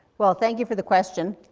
well, thank you for the question.